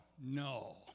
no